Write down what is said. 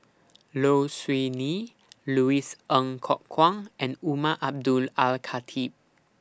Low Siew Nghee Louis Ng Kok Kwang and Umar Abdullah Al Khatib